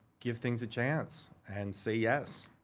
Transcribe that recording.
give things a chance, and say yes.